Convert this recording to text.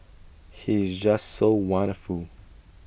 he is just so wonderful